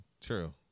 true